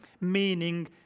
meaning